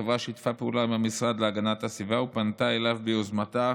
החברה שיתפה פעולה עם המשרד להגנת הסביבה ופנתה אליו ביוזמתה